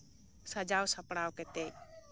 ᱥᱟᱡᱟᱣ ᱥᱟᱯᱲᱟᱣ ᱠᱟᱛᱮᱫ